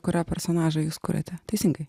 kurio personažą jūs kuriate teisingai